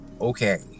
Okay